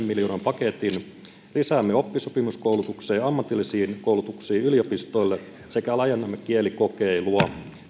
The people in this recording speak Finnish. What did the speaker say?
miljoonan paketin lisäämme oppisopimuskoulutukseen ja ammatillisiin koulutuksiin yliopistoille sekä laajennamme kielikokeilua